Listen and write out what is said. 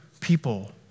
people